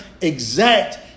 Exact